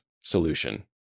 solution